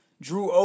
Drew